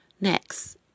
Next